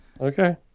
Okay